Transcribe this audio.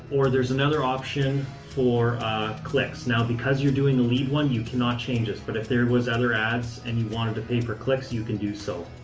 or there's another option for clicks. now, because you're doing a lead one, you cannot change this. but if there was other ads and you wanted to pay per clicks, you can do so.